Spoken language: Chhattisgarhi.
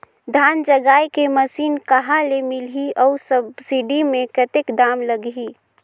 धान जगाय के मशीन कहा ले मिलही अउ सब्सिडी मे कतेक दाम लगही?